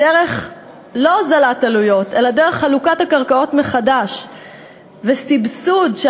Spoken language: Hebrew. לא דרך הוזלת עלויות אלא דרך חלוקת הקרקעות מחדש וסבסוד של